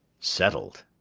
settled!